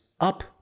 up-